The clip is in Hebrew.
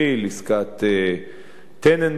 עסקת טננבאום,